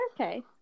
okay